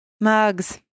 mugs